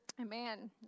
Amen